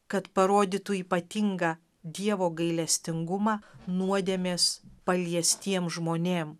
kad parodytų ypatingą dievo gailestingumą nuodėmės paliestiem žmonėm